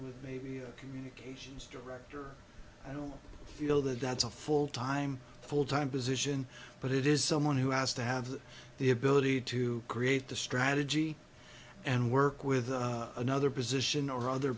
with maybe a communications director i don't feel that that's a full time full time position but it is someone who has to have the ability to create the strategy and work with another position or other